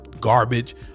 Garbage